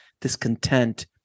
discontent